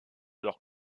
leur